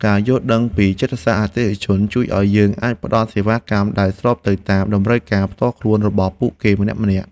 ការយល់ដឹងពីចិត្តសាស្ត្រអតិថិជនជួយឱ្យយើងអាចផ្ដល់សេវាកម្មដែលស្របទៅតាមតម្រូវការផ្ទាល់ខ្លួនរបស់ពួកគេម្នាក់ៗ។